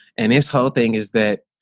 and his whole thing is that,